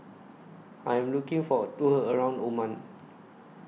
I Am looking For A Tour around Oman